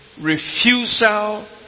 refusal